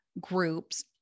groups